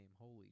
Holy